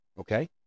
Okay